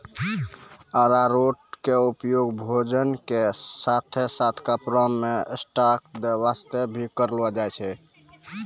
अरारोट के उपयोग भोजन के साथॅ साथॅ कपड़ा मॅ स्टार्च दै वास्तॅ भी करलो जाय छै